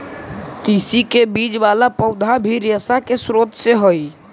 तिस्सी के बीज वाला पौधा भी रेशा के स्रोत हई